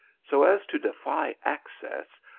so as to defy access,